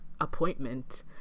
appointment